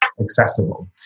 accessible